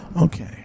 Okay